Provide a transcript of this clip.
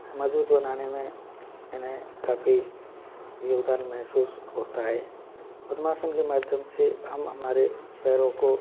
मज़बूत बनाने में इन्हें काफ़ी योगदान महसूस होता है पद्मासन के माध्यम से हम हमारे पैरों को